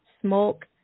Smoke